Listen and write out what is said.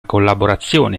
collaborazione